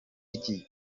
iki